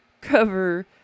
cover